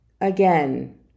Again